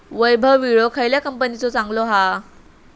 वैभव विळो खयल्या कंपनीचो चांगलो हा?